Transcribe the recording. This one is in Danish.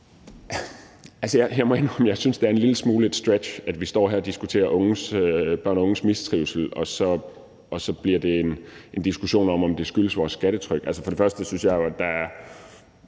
jeg synes, at det en lille smule er et stretch, at vi står her og diskuterer børn og unges mistrivsel og det så bliver en diskussion om, om det skyldes vores skattetryk. Der er jo ikke noget, der tyder